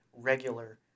regular